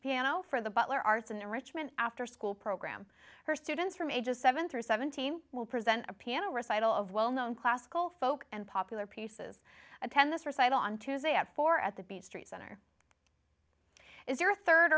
piano for the butler arts and enrichment afterschool program her students from ages seven through seventeen will present a piano recital of well known classical folk and popular pieces attend this recital on tuesday at four at the b street center is there a third